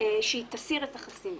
שהיא תסיר את החסינות.